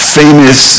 famous